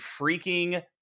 freaking